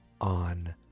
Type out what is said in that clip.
on